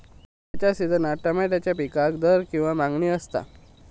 खयच्या सिजनात तमात्याच्या पीकाक दर किंवा मागणी आसता?